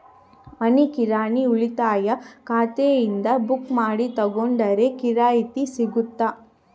ಮನಿ ಕಿರಾಣಿ ಉಳಿತಾಯ ಖಾತೆಯಿಂದ ಬುಕ್ಕು ಮಾಡಿ ತಗೊಂಡರೆ ರಿಯಾಯಿತಿ ಸಿಗುತ್ತಾ?